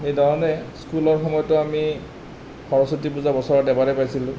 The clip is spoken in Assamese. সেইধৰণে স্কুলৰ সময়তো আমি সৰস্বতী পূজা বছৰত এবাৰেই পাইছিলোঁ